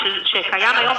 אתה מבין?